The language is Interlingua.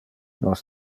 nos